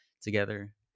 together